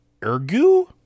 Ergu